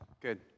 good